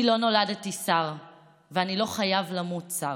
אני לא נולדתי שר ואני לא חייב למות שר,